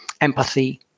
empathy